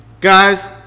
guys